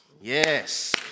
Yes